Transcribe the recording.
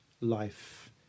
life